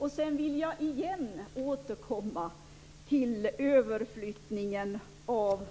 Jag vill återigen återkomma till överflyttningen av